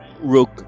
rook